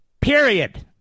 Period